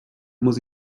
muss